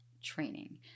training